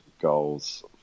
goals